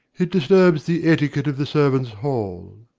it disturbs the etiquette of the servants' hall.